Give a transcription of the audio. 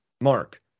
Mark